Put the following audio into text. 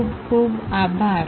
ખુબ ખુબ આભાર